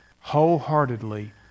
wholeheartedly